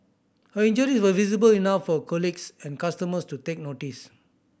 her injuries were visible enough for colleagues and customers to take notice